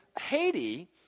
Haiti